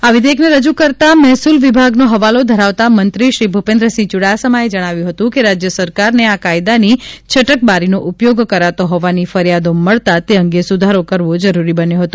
આ વિધેયકને રજુ કરતાં મહેસુલ વિભાગનો હવાલો ધરાવતાં મંત્રી શ્રી ભૂપેન્દ્રસિંહ ચુડાસમાએ જણાવ્યું હતું કે રાજ્ય સરકારને આ કાયદાની છટકબારીનો ઉપયોગ કરાતો હોવાની ફરિયાદો મળતાં તે અંગે સુધારો કરવો જરૂરી બન્યો હતો